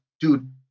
dude